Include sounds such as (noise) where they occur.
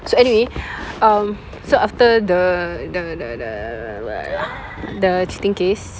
so anyway um so after the the the the the (noise) the cheating case